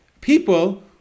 people